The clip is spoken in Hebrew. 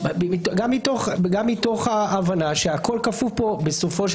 גם מתוך הבנה שהכול כפוף פה בסופו של